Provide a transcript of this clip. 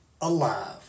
alive